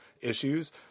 issues